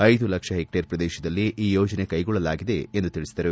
ಐದು ಲಕ್ಷ ಹೆಕ್ಟೇರ್ ಪ್ರದೇಶದಲ್ಲಿ ಈ ಯೋಜನೆ ಕೈಗೊಳ್ಳಲಾಗಿದೆ ಎಂದು ತಿಳಿಸಿದರು